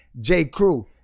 J.Crew